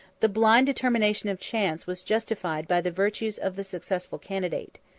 the blind determination of chance was justified by the virtues of the successful candidate.